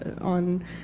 on